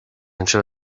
anseo